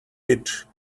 witch